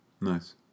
nice